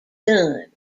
son